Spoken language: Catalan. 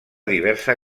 diversa